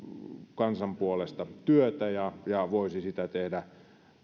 kansan puolesta työtä ja ja voisi sitä tehdä